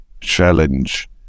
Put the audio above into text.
challenge